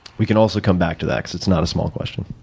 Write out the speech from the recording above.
we can also come back to that because it's not a small question.